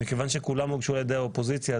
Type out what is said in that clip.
מכיוון שכולם הוגשו על ידי האופוזיציה,